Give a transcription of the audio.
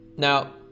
Now